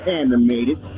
animated